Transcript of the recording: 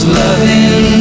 loving